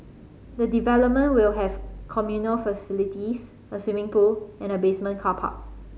the development will have communal facilities a swimming pool and a basement car park